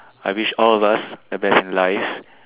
I wish all of us a best life